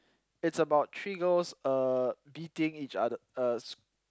it's about three girls uh beating each other uh